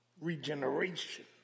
regeneration